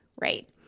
Right